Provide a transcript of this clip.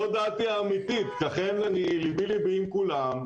לכן ליבי ליבי עם כולם,